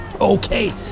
Okay